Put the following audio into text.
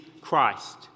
Christ